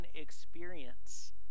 experience